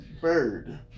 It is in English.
bird